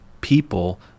people